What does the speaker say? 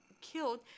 killed